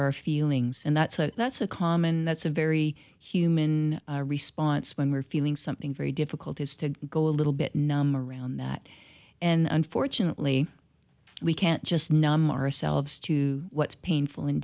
our feelings and that's a that's a common that's a very human response when we're feeling something very difficult is to go a little bit numb around that and unfortunately we can't just numb ourselves to what's painful and